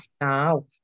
now